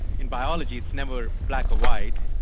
in biology it's never black or white.